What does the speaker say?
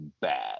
bad